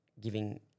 giving